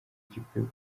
gikwiye